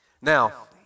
Now